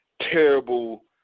terrible